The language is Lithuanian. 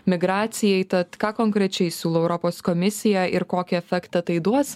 migracijai tad ką konkrečiai siūlo europos komisija ir kokį efektą tai duos